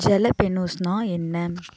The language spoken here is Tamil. ஜலபெனோஸ்னா என்ன